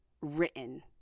written